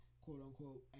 quote-unquote